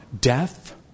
death